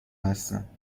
هستم